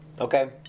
okay